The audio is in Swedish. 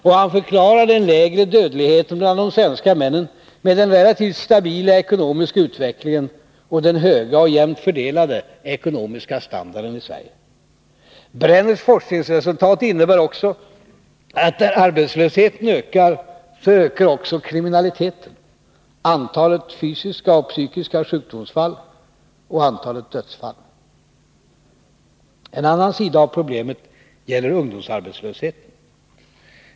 Och han förklarar den lägre dödligheten bland de svenska männen med den relativt stabila ekonomiska utvecklingen och den höga och jämnt fördelade ekonomiska standarden i Sverige. Brenners forskningsresultat innebär också att när arbetslösheten ökar, så ökar också kriminaliteten, antalet fysiska och psykiska sjukdomsfall och antalet dödsfall. En annan sida av problemet gäller ungdomsarbetslösheten.